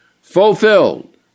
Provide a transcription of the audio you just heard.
Fulfilled